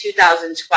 2012